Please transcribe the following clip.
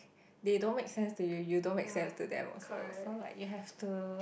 they don't make sense to you you don't make sense to them also so like you have to